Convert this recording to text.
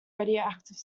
radioactive